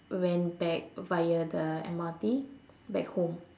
went back via the M_R_T back home